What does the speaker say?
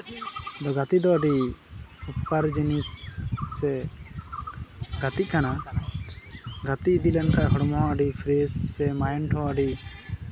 ᱜᱟᱛᱮ ᱫᱚ ᱟᱹᱰᱤ ᱫᱚᱨᱠᱟᱨ ᱡᱤᱱᱤᱥ ᱥᱮ ᱜᱟᱛᱮᱜ ᱠᱟᱱᱟ ᱜᱟᱛᱮ ᱤᱫᱤ ᱞᱮᱱᱠᱷᱟᱱ ᱦᱚᱲᱢᱚ ᱟᱹᱰᱤ ᱯᱷᱨᱮᱥ ᱥᱮ ᱢᱟᱭᱤᱱᱰ ᱦᱚᱸ ᱟᱹᱰᱤ